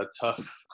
tough